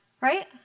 Right